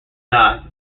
died